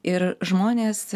ir žmonės